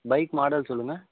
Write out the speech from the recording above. bike model சொல்லுங்கள்